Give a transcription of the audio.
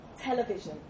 television